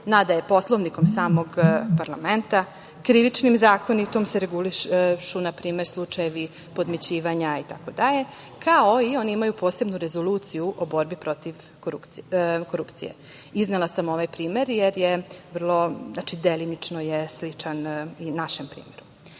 poslanika Poslovnikom samog parlamenta. Krivičnim zakonikom se regulišu, na primer, slučajevi podmićivanja, itd. Oni imaju i posebnu Rezoluciju o borbi protiv korupcije. Iznela sam ovaj primer, jer je delimično sličan i našem primeru. Dakle,